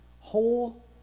whole